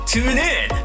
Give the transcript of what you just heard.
TuneIn